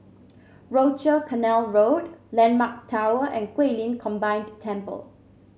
Rochor Canal Road landmark Tower and Guilin Combined Temple